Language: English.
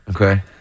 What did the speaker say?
okay